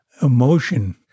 emotion